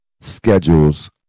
schedules